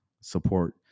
Support